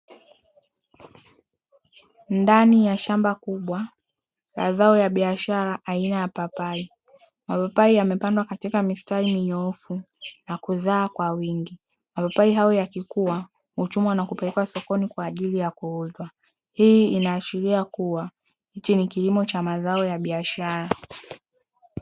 Ndani ya shamba kubwa la zao ya biashara aina ya papai , mapapai yamepandwa katika mistari minyoofu na kuzaa kwa wingi, mapapai hayo yakikuwa huchumwa na kupelekwa sokoni kwaajili ya kuuzwa hii inaashiria kuwa hichi ni kilimo cha mazao ya biashara.